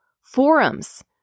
forums